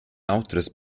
autras